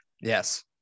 Yes